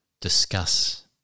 discuss